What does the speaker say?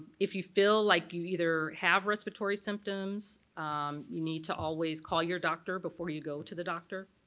if you feel like you either have respiratory symptoms um you need to always call your doctor before you go to the doctor,